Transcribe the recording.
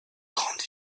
grande